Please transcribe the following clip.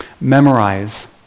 memorize